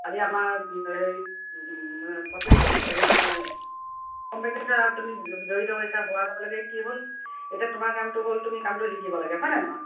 আজি আমাৰ হেৰি প্ৰচেছ মানে কোম্পেনীটোত তুমি জড়িত হৈছো হোৱা লগে লগে কি হ'ল এতিয়া তোমাৰ কামটো হ'ল তুমি কামটো শিকিব লাগে হয়নে নহয়